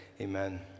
Amen